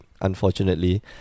unfortunately